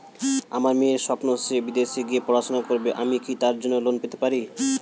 আমার মেয়ের স্বপ্ন সে বিদেশে গিয়ে পড়াশোনা করবে আমি কি তার জন্য লোন পেতে পারি?